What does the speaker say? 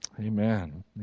Amen